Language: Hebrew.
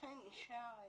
נכה נשאר --- נכה,